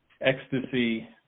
ecstasy